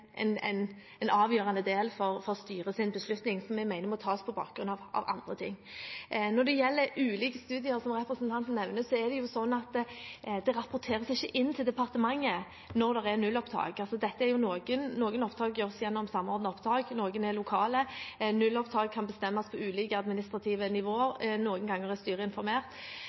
en avgjørende del for styrets beslutning, som jeg mener må tas på bakgrunn av andre ting. Når det gjelder ulike studier som representanten nevner, er det sånn at det ikke rapporteres inn til departementet når det er nullopptak. Noen opptak gjøres gjennom Samordna opptak, og noen er lokale. Nullopptak kan bestemmes på ulike administrative nivåer, noen ganger er